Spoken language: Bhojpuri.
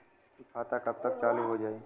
इ खाता कब तक चालू हो जाई?